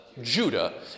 Judah